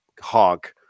honk